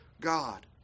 God